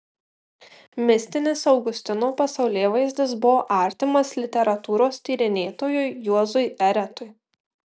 mistinis augustino pasaulėvaizdis buvo artimas literatūros tyrinėtojui juozui eretui